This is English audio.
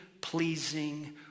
pleasing